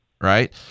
right